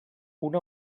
una